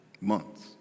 Months